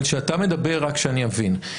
רק שאני אבין,